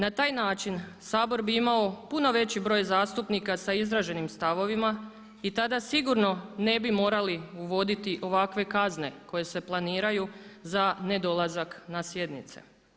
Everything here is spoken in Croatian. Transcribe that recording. Na taj način Sabor bi imao puno većih broj zastupnika sa izraženim stavovima i tada sigurno ne bi morali uvoditi ovakve kazne koje se planiraju za nedolazak na sjednice.